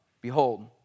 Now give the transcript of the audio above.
behold